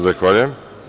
Zahvaljujem.